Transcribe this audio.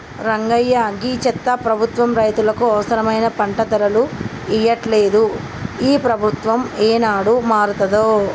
రంగయ్య గీ చెత్త ప్రభుత్వం రైతులకు అవసరమైన పంట ధరలు ఇయ్యట్లలేదు, ఈ ప్రభుత్వం ఏనాడు మారతాదో